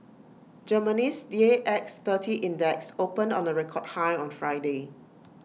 Germany's D A X thirty index opened on A record high on Friday